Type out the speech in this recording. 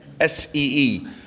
S-E-E